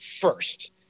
first